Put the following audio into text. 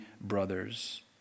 brothers